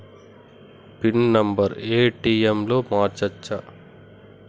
Pin number ATM లో మార్చచ్చా?